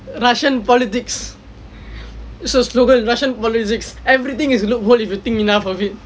russian politics so slogan russian politics everything is a loophole if you think enough of it